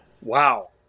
Wow